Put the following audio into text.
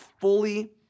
fully